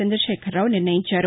చందశేఖరరావు నిర్ణయించారు